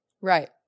Right